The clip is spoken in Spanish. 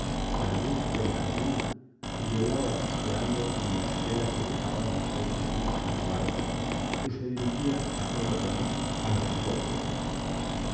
la luz de la luna rielaba chispeando en la estela que dejaba en pos de sí una barca que se dirigía a todo remo a la orilla opuesta